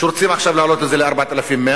ורוצים להעלות את זה עכשיו ל-4,100,